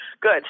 good